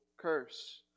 curse